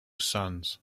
sons